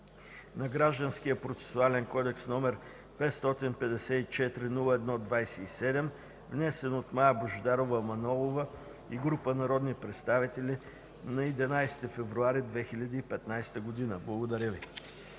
на Гражданския процесуален кодекс, № 554-01-27, внесен от Мая Божидарова Манолова и група народни представители на 11.02.2015 г.” Благодаря Ви.